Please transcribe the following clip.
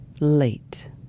late